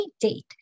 date